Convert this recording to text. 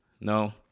No